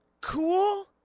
cool